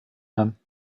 him